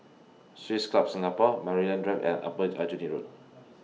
Swiss Club Singapore Maryland Drive and Upper Aljunied Road